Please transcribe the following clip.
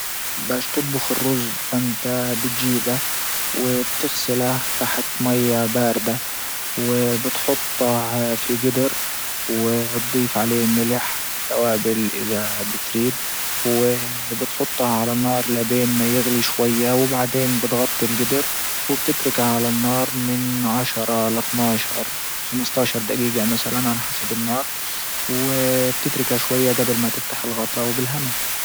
باش تطبخ الرز فانت بتجيبه وبتغسله تحت مية باردة وبتحطه في جدر وتضيف عليه ملح توابل اذا بتريد و بتحطه على نار لبين ما يغلي شوية وبعدين بتغطي الجدر على النار من عشرة لاتنى عشر خمسة عشر دجيجة مثلا على حسب النار. و بتتركها شوية جبل ما تفتح الغطا وبالهنا.